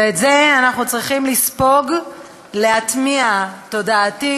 ואת זה אנחנו צריכים לספוג, להטמיע תודעתית,